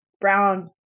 brown